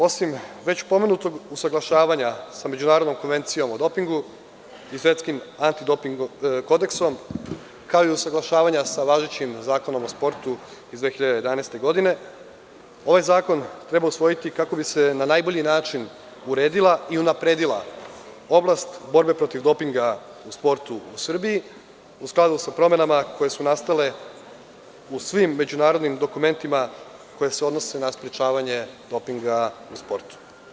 Osim već pomenutog usaglašavanja sa Međunarodnom konvencijom o dopingu i Svetskim antidoping kodeksom, kao i usaglašavanja sa važećim Zakonom o sportu iz 2011. godine, ovaj zakon treba usvojiti kako bi se na najbolji način uredila i unapredila oblast borbe protiv dopinga u sportu u Srbiji, u skladu sa promenama koje su nastale u svim međunarodnim dokumentima koji se odnose na sprečavanje dopinga u sportu.